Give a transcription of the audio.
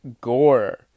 Gore